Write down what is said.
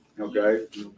Okay